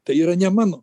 tai yra ne mano